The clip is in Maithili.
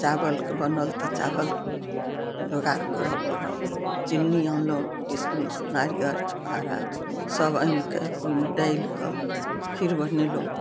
चावलके बनल तऽ चावल जोगाड़ करऽ पड़त चिन्नी अनलहुँ किशमिश नारियर छोहारा सब आनिकऽ ओइमे डालिकऽ खीर बनेलहुँ